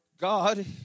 God